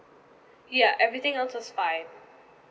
ya everything else was fine